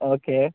okay